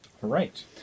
Right